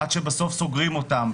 עד שבסוף סוגרים אותם,